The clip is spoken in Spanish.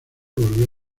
volvió